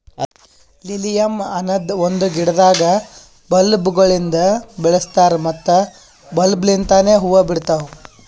lilium ಅನದ್ ಒಂದು ಗಿಡದಾಗ್ ಬಲ್ಬ್ ಗೊಳಿಂದ್ ಬೆಳಸ್ತಾರ್ ಮತ್ತ ಬಲ್ಬ್ ಲಿಂತನೆ ಹೂವು ಬಿಡ್ತಾವ್